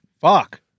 Fuck